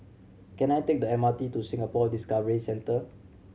can I take the M R T to Singapore Discovery Centre